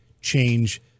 change